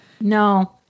No